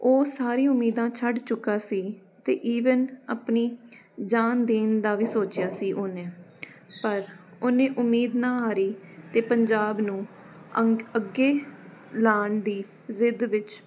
ਉਹ ਸਾਰੀਆਂ ਉਮੀਦਾਂ ਛੱਡ ਚੁੱਕਾ ਸੀ ਅਤੇ ਈਵਨ ਆਪਣੀ ਜਾਨ ਦੇਣ ਦਾ ਵੀ ਸੋਚਿਆ ਸੀ ਉਹਨੇ ਪਰ ਉਹਨੇ ਉਮੀਦ ਨਾ ਹਾਰੀ ਅਤੇ ਪੰਜਾਬ ਨੂੰ ਅੰ ਅੱਗੇ ਲਾਉਣ ਦੀ ਜ਼ਿੱਦ ਵਿੱਚ